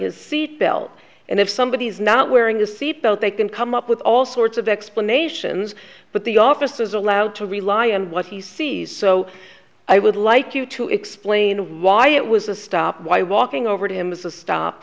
his seat belt and if somebody is not wearing a seat belt they can come up with all sorts of explanations but the officer is allowed to rely on what he sees so i would like you to explain why it was a stop why walking over to him is a stop